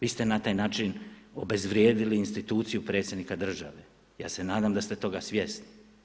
Vi ste na taj način obezvrijedili instituciju predsjednika države, ja se nadam da ste toga svjesni.